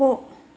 போ